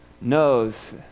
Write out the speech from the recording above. knows